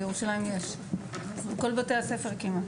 בירושלים יש כמעט בכל בתי הספר.